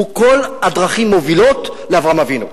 כל הדרכים מובילות לאברהם אבינו.